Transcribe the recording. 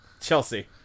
Chelsea